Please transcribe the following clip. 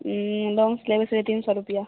longus लेबै साढ़े तीन सए रुपिआ